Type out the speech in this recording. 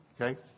Okay